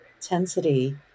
intensity